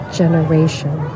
generation